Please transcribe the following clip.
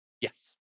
Yes